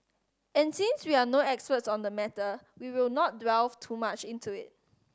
and since we are no experts on the matter we will not delve too much into it